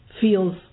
feels